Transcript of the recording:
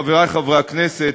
חברי חברי הכנסת,